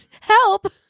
Help